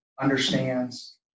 understands